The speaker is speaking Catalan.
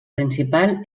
principal